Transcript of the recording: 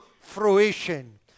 fruition